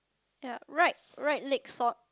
ya right right leg sock